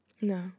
No